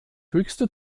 höchste